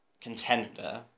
contender